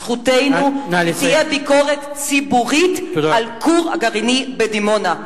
זכותנו שתהיה ביקורת ציבורית על הכור הגרעיני בדימונה,